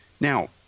Now